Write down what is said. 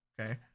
Okay